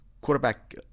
Quarterback